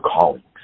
colleagues